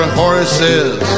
horses